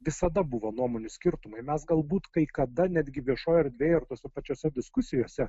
visada buvo nuomonių skirtumai mes galbūt kai kada netgi viešoj erdvėj ar tose pačiose diskusijose